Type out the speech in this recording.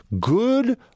Good